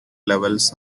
levels